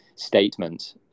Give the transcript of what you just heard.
Statement